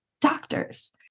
doctors